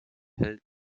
hält